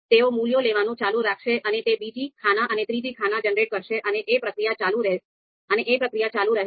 તેઓ મૂલ્યો લેવાનું ચાલુ રાખશે અને તે બીજી ખાના અને ત્રીજી ખાના જનરેટ કરશે અને એ પ્રક્રિયા ચાલુ રહે છે